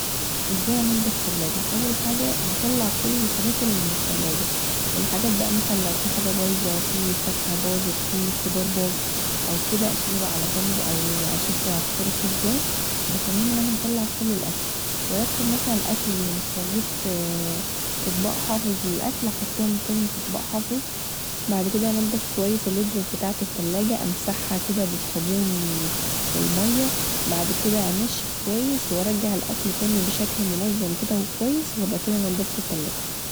ازاي انضف تلاجه اول حاجه هطلع كل الحاجات اللي من التلاجه والحاجات بقي مثلا لو فيه حاجه بايظه فيه فاكهه باظت فيه خضار باظ اشيله بقي علي جنب واشوف هتصرف فيه ازاي بس المهم ان انا هطلع كل الأكل وارتب مثلا الأكل اللي مش موجود في اطباق حافظ الأكل هحطهم تاني في اطباق حافظ بعدمدا انضف كويس الادرف بتاعة التلاجه امسحها كدا بالصابون والميه بعد كدا انشف كويس وارجع الأكل تاني بشكل منظم كدا وكويس وابقي كدا نضفت التلاجه